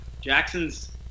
Jackson's